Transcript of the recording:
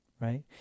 right